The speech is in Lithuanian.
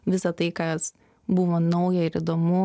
visa tai kas buvo nauja ir įdomu